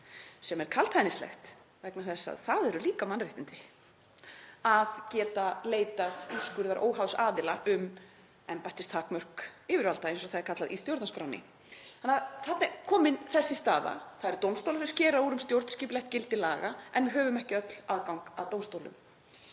sem er kaldhæðnislegt vegna þess að það eru líka mannréttindi að geta leitað úrskurðar óháðs aðila um embættistakmörk yfirvalda, eins og það er kallað í stjórnarskránni. Þarna er komin þessi staða: Það eru dómstólar sem skera úr um stjórnskipulegt gildi laga en við höfum ekki öll aðgang að dómstólum.